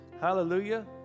Hallelujah